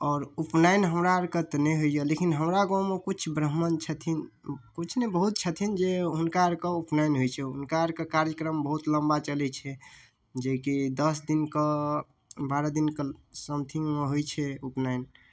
आओर उपनयन हमरा आरके तऽ नहि होइया लेकिन हमरा गाँवमे किछु ब्राम्हण छथिन किछु नहि बहुत छथिन जे हुनका आरके उपनयन होइ छै हुनका आरके कार्यक्रम बहुत लम्बा चलै छै जेकि दस दिनके बारह दिनके समथिङ्गमे होइ छै उपनयन